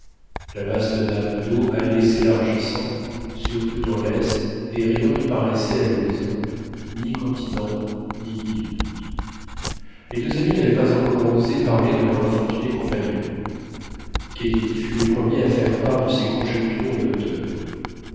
la vaste nappe d'eau allait s'élargissant surtout dans l'est et rien ne paraissait à l'horizon ni continent ni îles les deux amis n'avaient pas encore osé parler de leur infortuné compagnon kennedy fut le premier à faire part de ses conjectures au docteur